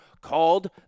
called